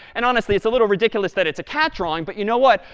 and honestly, it's a little ridiculous that it's a cat drawing. but you know what?